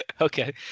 Okay